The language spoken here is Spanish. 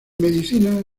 medicina